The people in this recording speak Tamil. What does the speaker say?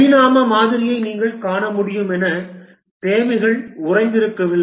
பரிணாம மாதிரியை நீங்கள் காண முடியும் என தேவைகள் உறைந்திருக்கவில்லை